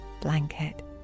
blanket